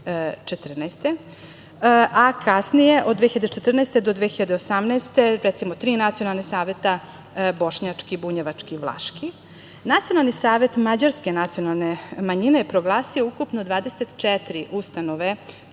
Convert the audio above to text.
a kasnije od 2014. do 2018. godine, recimo, tri nacionalna saveti – bošnjački, bunjevački i vlaški. Nacionalni savet mađarske nacionalne manjine je proglasio ukupno 24 ustanove